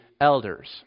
elders